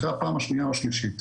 אחרי הפעם השנייה או השלישית.